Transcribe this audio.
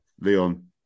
Leon